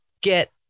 get